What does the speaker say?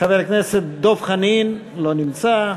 חבר הכנסת דב חנין, לא נמצא,